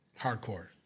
hardcore